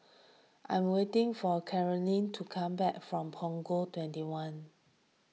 I am waiting for Carolynn to come back from Punggol twenty one